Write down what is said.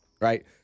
right